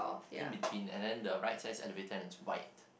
in-between and then the right size elevator and it's white